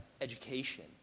education